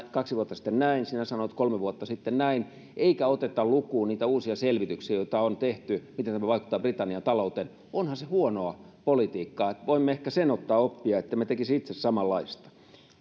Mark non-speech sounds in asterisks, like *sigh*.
*unintelligible* kaksi vuotta sitten näin sinä sanoit kolme vuotta sitten näin eikä oteta lukuun niitä uusia selvityksiä joita on tehty siitä miten tämä vaikuttaa britannian talouteen niin onhan se huonoa politiikkaa voimme ehkä sen ottaa oppia ettemme tekisi itse samanlaista